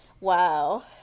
Wow